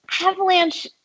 Avalanche